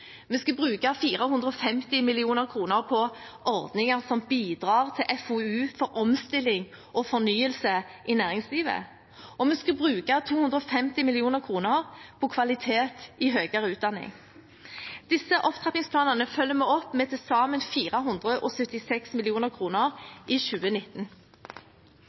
Vi skal bruke 450 mill. kr på ordninger som bidrar til FoU for omstilling og fornyelse i næringslivet, og vi skal bruke 250 mill. kr på kvalitet i høyere utdanning. Disse opptrappingsplanene følger vi opp med til sammen 476 mill. kr i 2019.